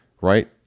Right